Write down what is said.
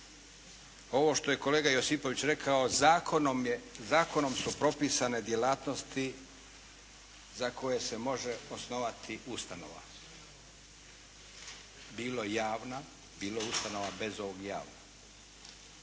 ovo što je kolega Josipović rekao zakonom su propisane djelatnosti za koje se može osnovati ustanova bilo javna, bilo ustanova bez ovog javna.